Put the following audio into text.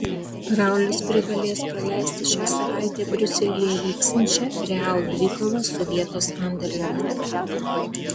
raulis privalės praleisti šią savaitę briuselyje vyksiančią real dvikovą su vietos anderlecht